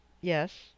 yes